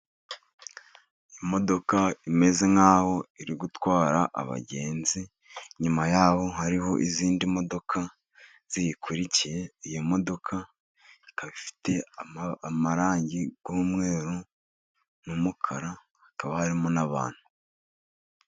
Imodoka imeze nk'aho iri gutwara abagenzi, inyuma ya ho hariho izindi modoka ziyikurikiye, iyo modoka ikaba ifite amarangi y'umweru n'umukara, hakaba harimo n'abantu.